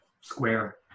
square